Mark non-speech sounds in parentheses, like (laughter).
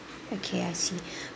okay I see (breath)